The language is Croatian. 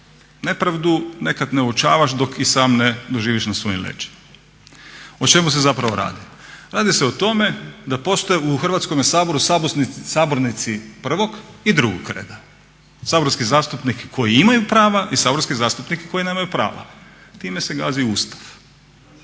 Nepravdu nekad ne uočavaš dok i sam ne doživiš na svojim leđima. O čemu se zapravo radi? Radi se o tome da postoje u Hrvatskome saboru sabornici prvog i drugog reda, saborski zastupnici koji imaju prava i saborski zastupnici koji nemaju prava. Time se gazi Ustav.